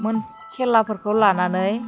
खेलाफोरखौ लानानै